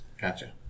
Gotcha